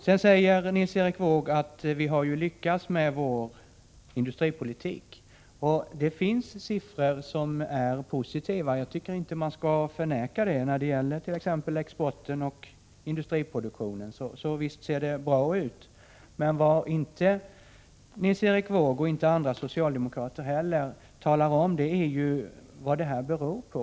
Sedan säger Nils Erik Wååg: Vi har ju lyckats med vår industripolitik. — Det finns siffror som är positiva; det tycker jag inte att man skall förneka. Visst ser det bra ut när det gäller t.ex. exporten och industriproduktionen. Men vad inte Nils Erik Wååg och inte heller andra socialdemokrater talar om är vad detta beror på.